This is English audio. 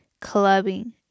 clubbing